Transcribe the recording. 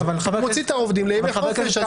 הוא מוציא את העובדים לימי חופש,